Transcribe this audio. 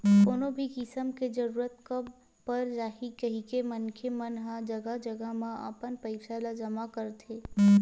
कोनो भी किसम के जरूरत कब पर जाही कहिके मनखे मन ह जघा जघा म अपन पइसा ल जमा करथे